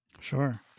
Sure